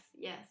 yes